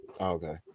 Okay